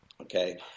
okay